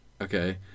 Okay